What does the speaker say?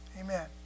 amen